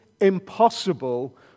impossible